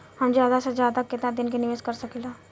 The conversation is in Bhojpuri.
हम ज्यदा से ज्यदा केतना दिन के निवेश कर सकिला?